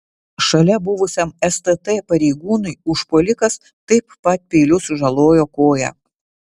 šalia buvusiam stt pareigūnui užpuolikas taip pat peiliu sužalojo koją